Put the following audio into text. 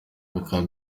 bikaba